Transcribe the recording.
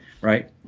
right